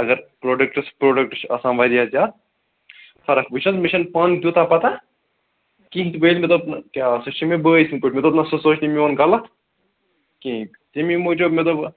اَگر products products چھِ آسان واریاہ زیادٕ فرق وُِچھ حظ مےٚ چھَنہٕ پانہٕ تیٛوٗتاہ پَتاہ کِہیٖنٛۍ تہِ بٔلۍ مےٚ دوٚپ کیٛاہ سُہ چھُ مےٚ بٲے سٕنٛدۍ پٲٹھۍ مےٚ دوٚپ نہَ سُہ سونٛچہِ نہٕ میٛون غلط کِہیٖنٛۍ تٔمۍ موٗجوٗب مےٚ دوٚپ